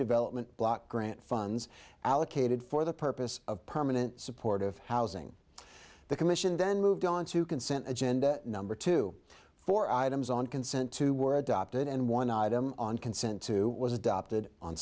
development block grant funds allocated for the purpose of permanent supportive housing the commission then moved on to consent agenda number two for items on consent to were adopted and one item on consent to was adopted on